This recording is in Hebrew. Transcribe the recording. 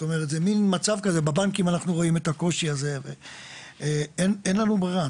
זאת אומרת זה מין מצב שבבנקים אנחנו רואים את הקושי הזה ואין לנו ברירה,